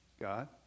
God